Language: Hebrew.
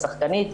שחקנית,